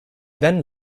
then